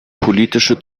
politische